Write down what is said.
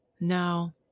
No